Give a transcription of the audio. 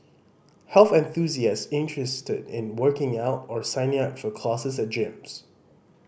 health enthusiasts interested in working out or signing up for classes at gyms